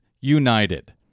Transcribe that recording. United